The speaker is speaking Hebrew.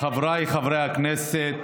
חבריי חברי הכנסת,